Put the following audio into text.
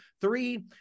three